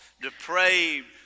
depraved